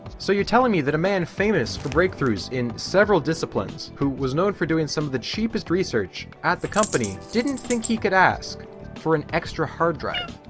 so you're telling me that a man famous for breakthroughs in several disciplines who was known for doing some of the cheapest research at the company didn't think he could ask for an extra hard drive?